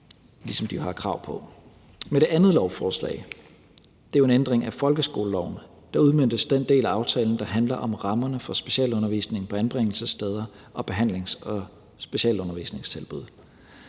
som de har krav på. Med det andet lovforslag – det er jo en ændring af folkeskoleloven – udmøntes den del af aftalen, der handler om rammerne for specialundervisning på anbringelsessteder og behandlings- og specialundervisningstilbud.